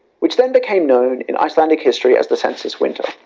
which then became known in icelandic history as the census winter.